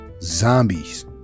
zombies